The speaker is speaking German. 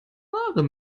wahre